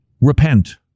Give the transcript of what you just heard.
Repent